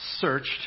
searched